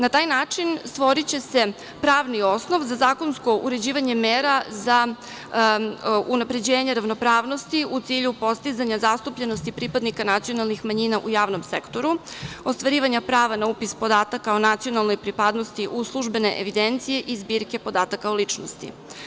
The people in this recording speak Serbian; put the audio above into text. Na taj način stvoriće se pravni osnov za zakonsko uređivanje mera za unapređenje ravnopravnosti u cilju postizanja zastupljenosti pripadnika nacionalnih manjina u javnom sektoru, ostvarivanja prava na upis podataka o nacionalnoj pripadnosti u službene evidencije i zbirke podataka o ličnosti.